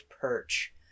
perch